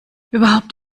überhaupt